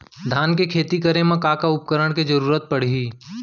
धान के खेती करे मा का का उपकरण के जरूरत पड़हि?